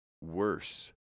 worse